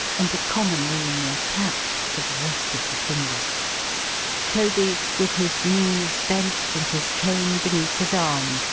and a common room or tap for the rest of the fingers toby, with his knees bent and his cane beneath his arm,